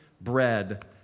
bread